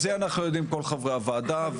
כי את זה אנחנו יודעים כל חברי הוועדה.